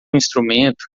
instrumento